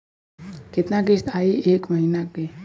कितना किस्त आई एक महीना के?